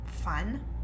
fun